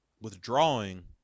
withdrawing